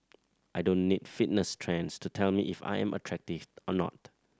I don't need fitness trends to tell me if I am attractive or not